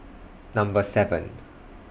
Number seven